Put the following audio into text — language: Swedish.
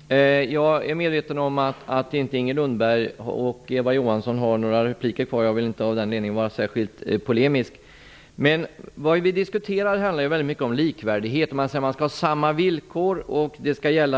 Herr talman! Jag är medveten om att Inger Lundberg och Eva Johansson inte har några repliker kvar. Av den anledningen vill jag inte vara särskilt polemisk. Det vi nu diskuterar handlar väldigt mycket om likvärdighet. Man skall ha samma villkor